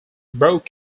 broke